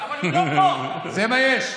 זה מה יש.